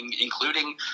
including